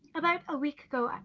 about a week ago,